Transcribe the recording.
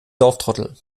dorftrottel